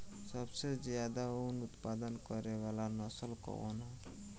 सबसे ज्यादा उन उत्पादन करे वाला नस्ल कवन ह?